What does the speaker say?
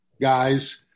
guys